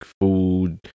food